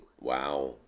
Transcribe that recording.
Wow